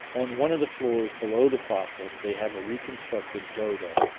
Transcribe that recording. on one of the floors below the fossils, they have a reconstructed dodo.